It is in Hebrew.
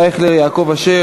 ישראל אייכלר ויעקב אשר,